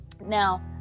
Now